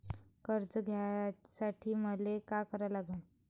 कर्ज घ्यासाठी मले का करा लागन?